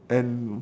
and